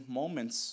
moments